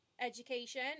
education